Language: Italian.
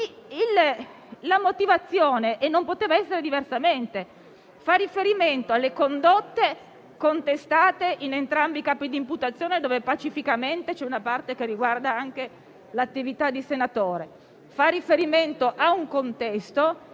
la motivazione - e non poteva essere diversamente - fa riferimento alle condotte contestate in entrambi i capi di imputazione, dove pacificamente una parte riguarda anche l'attività di senatore. La motivazione fa riferimento a un contesto,